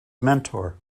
mentor